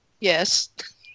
Yes